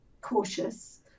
cautious